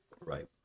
Right